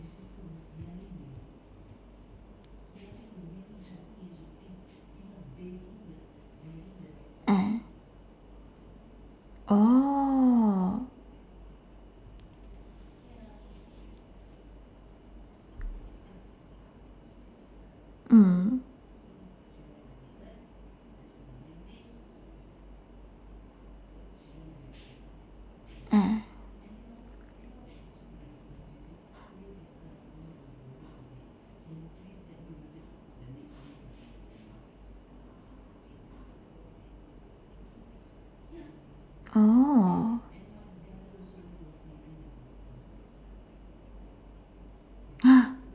ah oh mm ah oh !huh!